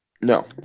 no